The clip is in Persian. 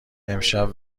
امشب